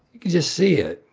you could just see it.